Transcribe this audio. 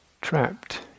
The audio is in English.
trapped